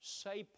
say